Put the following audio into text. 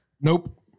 nope